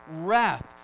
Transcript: wrath